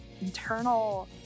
internal